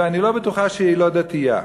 ואני לא בטוח שהיא לא דתייה.